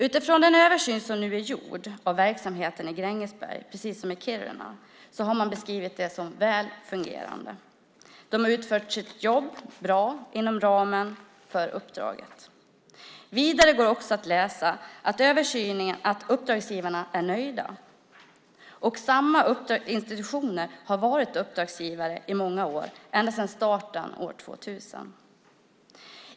Utifrån den översyn som nu är gjord av verksamheten i Grängesberg, precis som i Kiruna, har man beskrivit den som väl fungerande. De har utfört sitt jobb bra inom ramen för uppdraget. Vidare går det att läsa i översynen att uppdragsgivarna är nöjda. Samma institutioner har varit uppdragsgivare i många år, ända sedan starten år 2000.